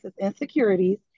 insecurities